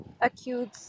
acute